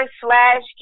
slash